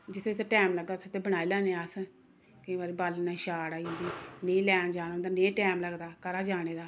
जि'त्थें जि'त्थें टैम लग्गे उ'त्थें उ'त्थें बनाई लैने अस केईं बारी बालन ई शॉर्ट आई जंदी नेईं लैन जाने होंदा नेईं टैम लगदा घरा जाने दा